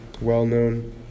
well-known